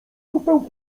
kupę